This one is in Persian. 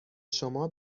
شما